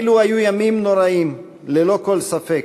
אלו היו ימים נוראים, ללא כל ספק,